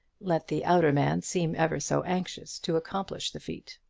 let the outer man seem ever so anxious to accomplish the feat.